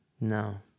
No